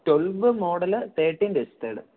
twelve model thirteen registered